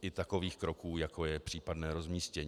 i takových kroků, jako je případné rozmístění.